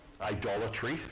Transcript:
idolatry